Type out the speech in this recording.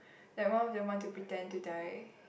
like one of them want to pretend to die